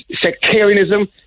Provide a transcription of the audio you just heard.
sectarianism